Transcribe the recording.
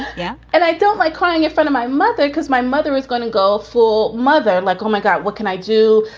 yeah. and i don't like crying in front of my mother because my mother is gonna go for mother like, oh my god, what can i do?